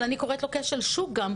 אבל אני קוראת לו "כשל שוק" גם,